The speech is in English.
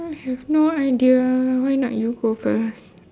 I have no idea why not you go first